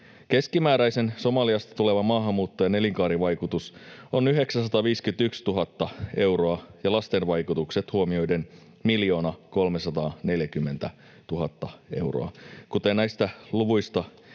Keskimääräisen Somaliasta tulevan maahanmuuttajan elinkaarivaikutus on 951 000 euroa ja lasten vaikutukset huomioiden 1 340 000 euroa. Kuten näistä luvuista